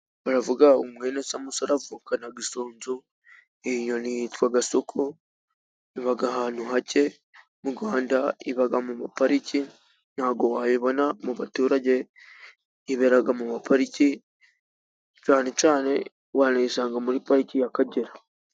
Baravuga ngo ”Mwene samusure avukana isunzu”. Iyi nyoni yitwa gasuku iba ahantu hake， mu Rwanda iba mu mapariki， ntabwo wayibona mu baturage， yibera mu ma parike cyane cyane， wanayisanga muri pariki y'Akagera.